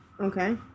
Okay